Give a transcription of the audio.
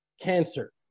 cancer